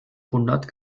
hundert